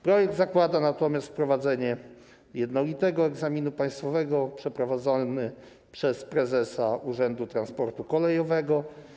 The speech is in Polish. Projekt zakłada natomiast wprowadzenie jednolitego egzaminu państwowego przeprowadzanego przez prezesa Urzędu Transportu Kolejowego.